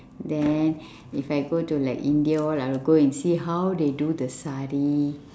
then if I go to like india all I will go and see how they do the sari